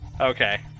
Okay